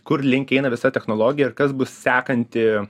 kur link eina visa technologija ir kas bus sekanti